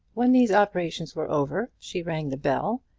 when these operations were over she rang the bell,